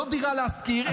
לא דירה להשכיר,